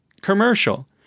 commercial